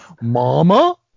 Mama